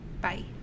Bye